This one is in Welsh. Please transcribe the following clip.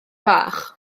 bach